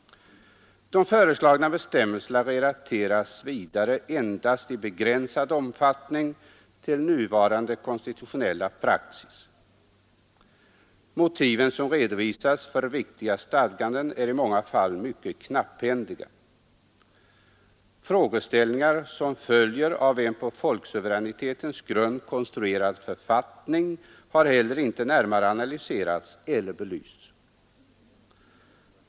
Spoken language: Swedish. De föreslagna bestämmelserna relateras vidare endast i begränsad omfattning till nuvarande konstitutionella praxis. Motiven som redovisas för viktiga stadganden är i många fall mycket knapphändiga. Frågeställningar som följer av en på folksuveränitetens grund konstruerad författning har heller inte närmare analyserats eller belysts.